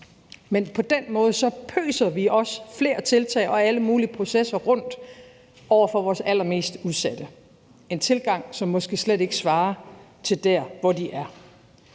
Men på den måde pøser vi også flere tiltag og alle mulige processer over på vores allermest udsatte, en tilgang, som måske slet ikke svarer til der, hvor de er.